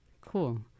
Cool